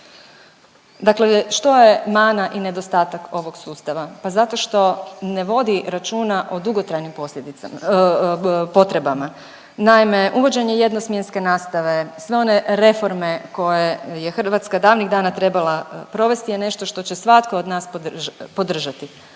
Dakle što je mana i nedostatak ovog sustava. Pa zato što ne vodi računa o dugotrajnim posljedicama, potrebama. Naime uvođenje jednosmjenske nastave, sve one reforme koje je Hrvatska davnih dana trebala provesti, je nešto što će svatko od nas podržati.